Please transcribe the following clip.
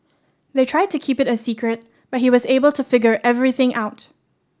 they tried to keep it a secret but he was able to figure everything out